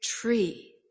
tree